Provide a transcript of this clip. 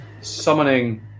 Summoning